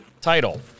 title